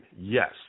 Yes